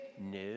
No